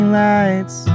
lights